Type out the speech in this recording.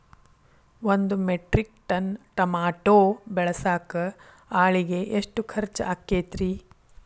ಒಂದು metric ton tomato ಬೆಳಸಾಕ್ ಆಳಿಗೆ ಎಷ್ಟು ಖರ್ಚ್ ಆಕ್ಕೇತ್ರಿ?